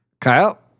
Kyle